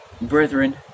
Brethren